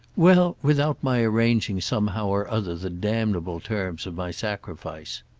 well, without my arranging somehow or other the damnable terms of my sacrifice.